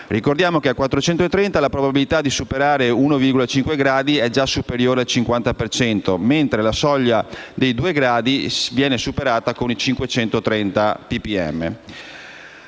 Ricordiamo che a 430 ppm la probabilità di superare gli 1,5 gradi è già superiore al 50 per cento, mentre la soglia dei 2 gradi viene superata con 530 ppm.